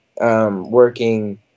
working